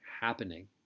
happening